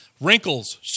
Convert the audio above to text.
wrinkles